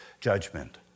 judgment